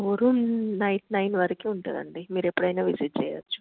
showroom night nine వరకు ఉంటుంది అండి మీరు ఎప్పుడైనా విజిట్ చేయవచ్చు